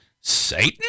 Satan